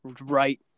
right